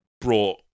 brought